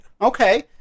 Okay